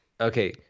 okay